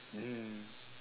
mmhmm